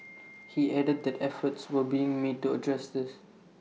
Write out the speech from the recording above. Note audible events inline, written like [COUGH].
[NOISE] he added that efforts were being made to address this